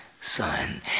Son